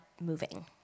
moving